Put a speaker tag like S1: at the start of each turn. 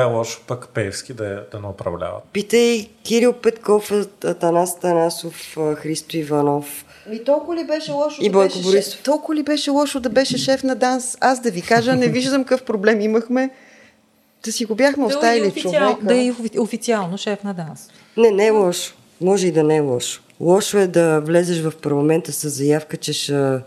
S1: е лошо, пък Пеевски да е- да ни управлява?
S2: Питай Кирил Петков, Атанас Атанасов, Христо Иванов.
S3: И толкова ли беше лошо
S2: И
S3: да
S2: Бойко
S3: беше шеф?
S2: Борисов.
S3: Толкова ли беше лошо да беше шеф на ДАНС? Аз да ви кажа, не виждам какъв проблем имахме. Да си го бяхме
S4: Да и
S3: оставили
S4: официал-
S3: човека.
S4: да и офи- официално шеф на ДАНС.
S2: Не, не е лошо. Може и да не е лошо. Лошо е да влезеш в парламента с заявка, че ще-